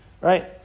Right